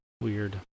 Weird